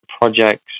projects